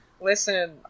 Listen